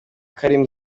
karim